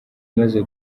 imaze